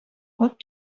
what